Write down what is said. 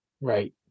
Right